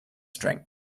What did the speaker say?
strength